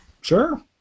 Sure